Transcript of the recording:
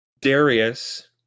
Darius